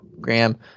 Graham